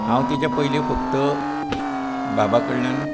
हांव तेचे पयली फक्त बाबा कडल्यान